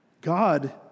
God